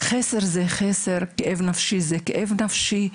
חסר זה חסר, כאב נפשי זה כאב נפשי.